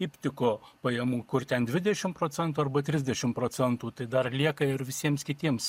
iptiko pajamų kur ten dvidešim procentų arba trisdešim procentų tai dar lieka ir visiems kitiems